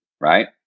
right